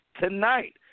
tonight